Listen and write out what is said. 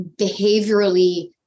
behaviorally